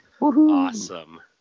Awesome